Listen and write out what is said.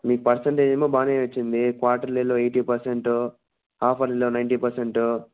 మీ percentage ఏమో బాగానే వచ్చింది క్వార్ట్రర్లీలో ఎయిటి పర్సెంటు హాఫర్లీలో నైంటీ పర్సెంటు